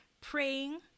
praying